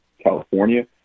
California